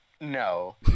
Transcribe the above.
No